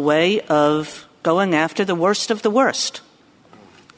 way of going after the worst of the worst